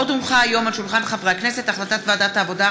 עוד הונחה היום על שולחן הכנסת החלטת ועדת העבודה,